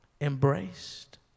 embraced